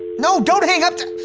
no, don't hang up. ah!